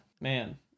man